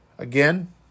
Again